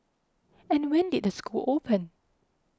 and when did the school open